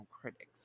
critics